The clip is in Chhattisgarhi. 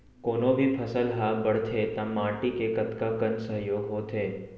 कोनो भी फसल हा बड़थे ता माटी के कतका कन सहयोग होथे?